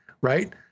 right